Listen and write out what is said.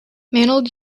mantled